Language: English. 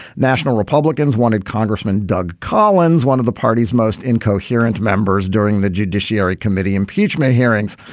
national republicans wanted congressman doug collins, one of the party's most incoherent members during the judiciary committee impeachment hearings.